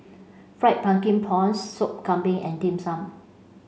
Fried Pumpkin Prawns Sop Kambing and Dim Sum